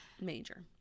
Major